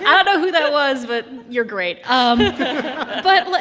and know who that was, but you're great. um but but,